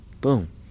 boom